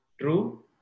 true